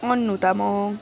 Anu Tamang